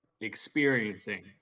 experiencing